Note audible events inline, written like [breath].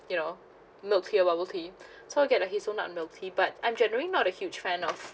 you know milk tea or bubble tea [breath] so I get a hazel nut milk tea but I'm generally not a huge fan of